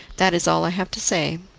that is all i have to say.